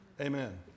Amen